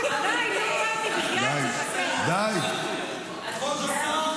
--- די, נו, אבי, בחייאת,